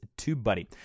TubeBuddy